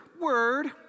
word